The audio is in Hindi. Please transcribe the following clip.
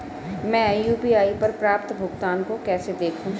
मैं यू.पी.आई पर प्राप्त भुगतान को कैसे देखूं?